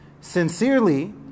sincerely